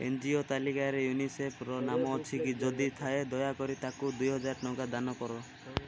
N G O ତାଲିକାରେ ୟୁନିସେଫ୍ର ନାମ ଅଛି କି ଯଦି ଥାଏ ଦୟାକରି ତା'କୁ ଦୁଇହଜାର ଟଙ୍କା ଦାନ କର